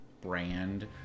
Brand